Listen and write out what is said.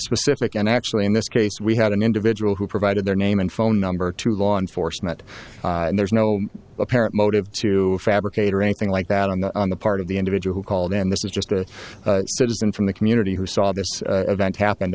specific and actually in this case we had an individual who provided their name and phone number to law enforcement and there's no apparent motive to fabricate or anything like that on the on the part of the individual who called in this is just a citizen from the community who saw this event happened